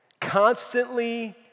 constantly